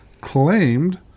claimed